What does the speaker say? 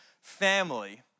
family